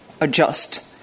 adjust